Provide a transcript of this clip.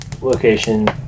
location